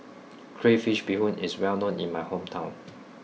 Crayfish Beehoon is well known in my hometown